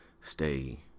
stay